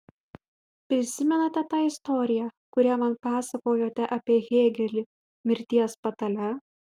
prisimenate tą istoriją kurią man pasakojote apie hėgelį mirties patale